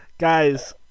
Guys